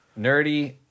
nerdy